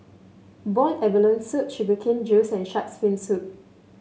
Boiled Abalone Soup Sugar Cane Juice and shark's fin soup